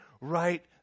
right